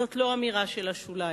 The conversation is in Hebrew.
זאת לא אמירה של השוליים,